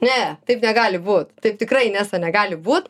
ne taip negali būt taip tikrai inesa negali būt